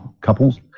couples